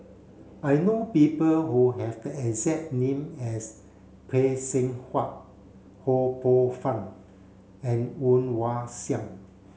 I know people who have the exact name as Phay Seng Whatt Ho Poh Fun and Woon Wah Siang